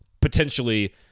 potentially